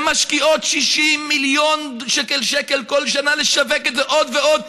והן משקיעות 60 מיליון שקל כל שנה לשווק את זה עוד ועוד,